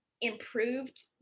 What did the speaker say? improved